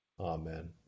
Amen